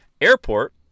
Airport